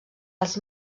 els